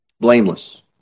Blameless